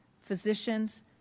physicians